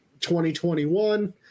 2021